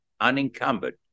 unencumbered